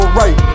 right